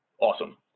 Awesome